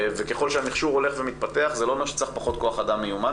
וככל שהמכשור הולך ומתפתח זה לא אומר שצריך פחות כוח אדם מיומן,